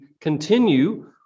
continue